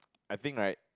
I think right